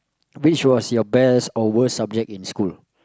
which was your best or worst subject in school